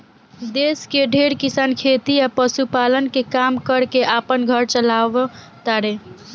देश के ढेरे किसान खेती आ पशुपालन के काम कर के आपन घर चालाव तारे